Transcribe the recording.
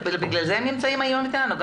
בגלל זה הם נמצאים היום איתנו.